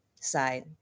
side